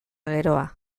geroa